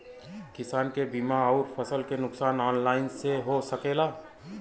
किसान के बीमा अउर फसल के नुकसान ऑनलाइन से हो सकेला?